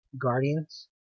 guardians